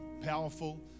powerful